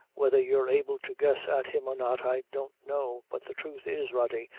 whether you're able to guess at him or not, i don't know but the thruth is, rody,